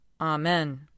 Amen